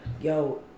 Yo